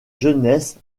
jeunesse